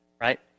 right